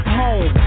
home